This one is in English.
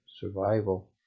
survival